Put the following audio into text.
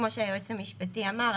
כמו שהיועץ המשפטי אמר,